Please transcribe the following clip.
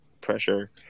pressure